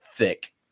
thick